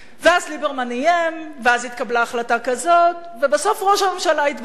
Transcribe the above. ואז ליברמן איים ואז התקבלה החלטה כזאת ובסוף ראש הממשלה התבלבל.